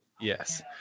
Yes